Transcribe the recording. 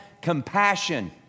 compassion